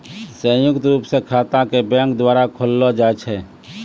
संयुक्त रूप स खाता क बैंक द्वारा खोललो जाय छै